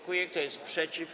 Kto jest przeciw?